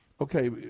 okay